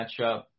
matchup